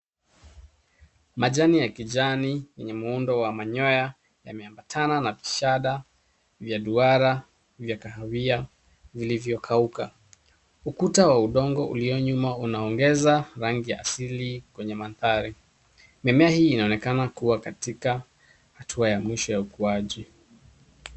Majani ya kijani yenye muundo wa manyoya yameambatana na shaada ya duara ya kahawia, vilivyokauka. Ukuta wa udongo ulionyuma unaongeza rangi ya asili kwenye mandhari, mimea hii inaonekana kuwa katika hatua ya mwisho ya ukuaji.